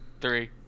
three